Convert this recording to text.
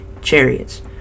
chariots